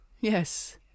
yes